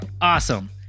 awesome